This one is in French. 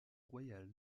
royale